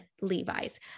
Levi's